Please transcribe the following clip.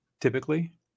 Typically